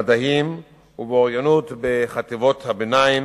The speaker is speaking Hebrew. במדעים ובאוריינות בחטיבות הביניים,